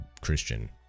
Christian